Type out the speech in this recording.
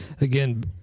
Again